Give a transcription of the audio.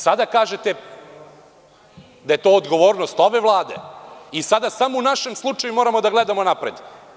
Sada kažete da je to odgovornost ove Vlade i sada samo u našem slučaju moramo da gledamo napred.